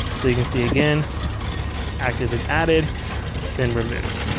so you can see again active is added then removed.